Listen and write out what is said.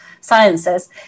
sciences